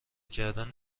کردن